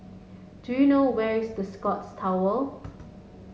do you know where is The Scotts Tower